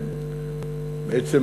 בעצם,